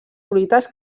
fruites